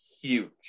huge